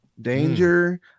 danger